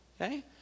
okay